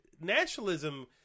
Nationalism